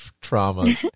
trauma